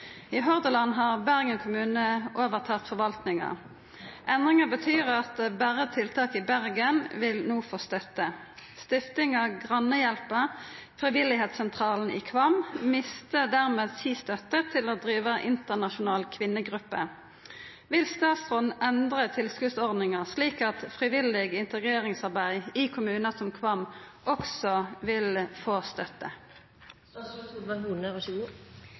I Hordaland har Bergen kommune overtatt forvaltninga. Endringa betyr at berre tiltak i Bergen vil no få støtte. Stiftinga Grannehjelpa – Frivilligsentralen i Kvam – mister dermed si støtte til å drive internasjonal kvinnegruppe. Vil statsråden endre tilskotsordninga slik at frivillig integreringsarbeid i kommunar som Kvam også vil få